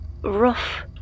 rough